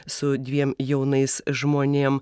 su dviem jaunais žmonėm